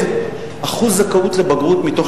בחירה מבין נותני